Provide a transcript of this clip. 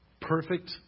Perfect